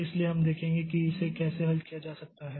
इसलिए हम देखेंगे कि इसे कैसे हल किया जा सकता है